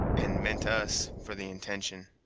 and meant us for the intention.